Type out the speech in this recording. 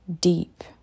deep